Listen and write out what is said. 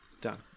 Done